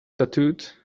tattooed